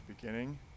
beginning